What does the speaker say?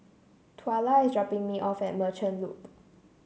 Twyla is dropping me off at Merchant Loop